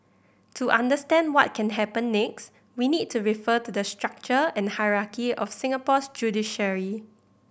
to understand what can happen next we need to refer to the structure and hierarchy of Singapore's judiciary